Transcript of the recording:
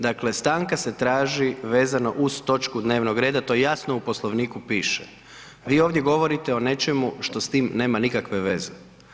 Dakle, stanka se traži vezano uz točku dnevnog reda to jasno u Poslovniku piše, a vi ovdje govorite o nečemu što s tim nema nikakve veze.